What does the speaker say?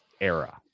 era